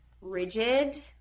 rigid